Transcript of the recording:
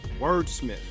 wordsmith